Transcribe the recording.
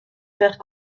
père